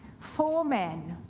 four men,